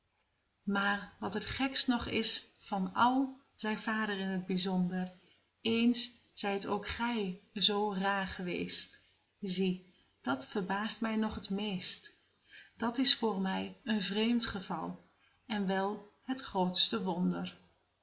maar wat het gekst nog is van al zeî vader in het bijzonder eens zijt ook gij zoo raar geweest zie dat verbaast mij nog het meest dat is voor mij een vreemd geval en wel het grootste wonder